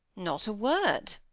not a word.